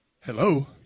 Hello